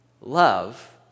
love